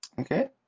Okay